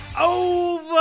Over